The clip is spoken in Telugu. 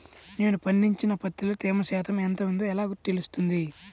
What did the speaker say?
నేను పండించిన పత్తిలో తేమ శాతం ఎంత ఉందో ఎలా తెలుస్తుంది?